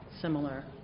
similar